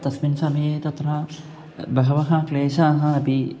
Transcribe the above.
तस्मिन् समये तत्र बहवः क्लेशाः अपि